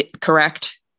correct